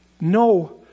no